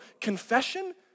confession